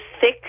thick